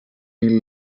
mil